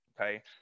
okay